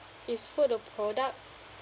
is food a product